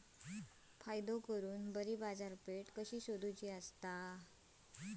फायदो करून बरी बाजारपेठ कशी सोदुची?